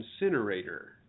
Incinerator